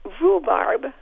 rhubarb